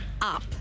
up